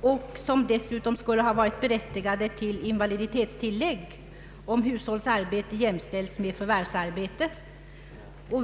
och som skulle ha varit berättigade till invaliditetstillägg, om hushållsarbete jämställts med förvärvsarbete.